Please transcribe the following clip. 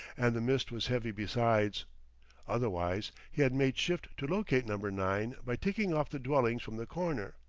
and the mist was heavy besides otherwise he had made shift to locate number nine by ticking off the dwellings from the corner.